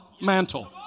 mantle